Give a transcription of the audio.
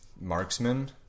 marksman